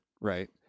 Right